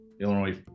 Illinois